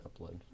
upload